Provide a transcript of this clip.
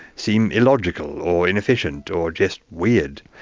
seem illogical or inefficient or just weird.